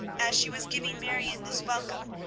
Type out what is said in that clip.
as she was giving marion this welcome,